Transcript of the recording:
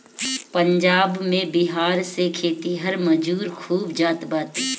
पंजाब में बिहार से खेतिहर मजूर खूब जात बाने